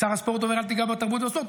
שר הספורט אומר: אל תיגע בתרבות ובספורט,